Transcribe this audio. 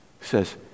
says